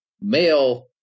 male